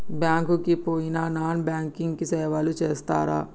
Bank కి పోయిన non banking సేవలు చేస్తరా?